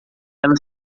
ela